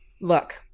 look